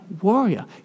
warrior